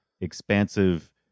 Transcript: expansive